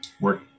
work